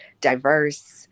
diverse